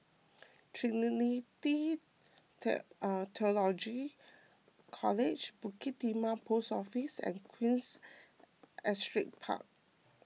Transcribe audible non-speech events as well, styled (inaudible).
Trinity (unintelligible) theological College Bukit Timah Post Office and Queens Astrid Park